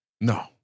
No